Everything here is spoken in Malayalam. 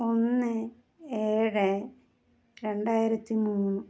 ഒന്ന് ഏഴ് രണ്ടായിരത്തി മൂന്ന്